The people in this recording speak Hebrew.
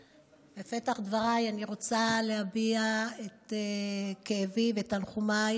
בפתח דבריי אני רוצה להביע את כאבי ותנחומיי